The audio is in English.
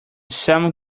sun